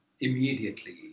immediately